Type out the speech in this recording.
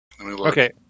Okay